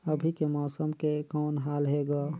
अभी के मौसम के कौन हाल हे ग?